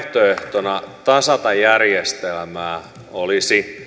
vaihtoehtona tasata järjestelmää olisi